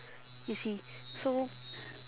you see so